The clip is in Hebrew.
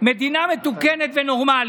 מדינה מתוקנת ונורמלית,